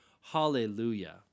Hallelujah